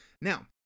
Now